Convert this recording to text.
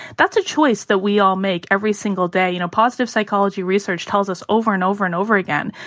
that's a choice that we all make every single day. you know positive psychology research tells us over and over and over again,